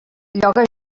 lloga